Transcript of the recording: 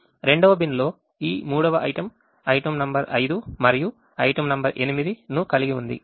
రెండవ బిన్ లో ఈ మూడవ item item నంబర్ 5 మరియు item నంబర్ 8 ను కలిగి ఉంది